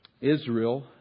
Israel